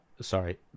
Sorry